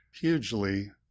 hugely